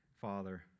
Father